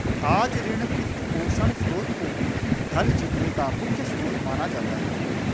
आज ऋण, वित्तपोषण स्रोत को धन जीतने का मुख्य स्रोत माना जाता है